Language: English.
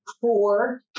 four